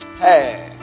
hey